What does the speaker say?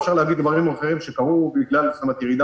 אפשר להגיד דברים אחרים שקרו כמו ירידה